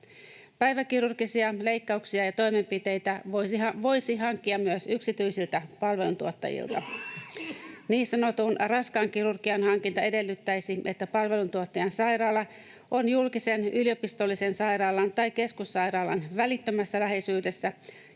Päiväkirurgisia leikkauksia ja toimenpiteitä voisi hankkia myös yksityisiltä palveluntuottajilta. Niin sanotun raskaan kirurgian hankinta edellyttäisi, että palveluntuottajan sairaala on julkisen yliopistollisen sairaalan tai keskussairaalan välittömässä läheisyydessä